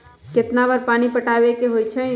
कितना बार पानी पटावे के होई छाई?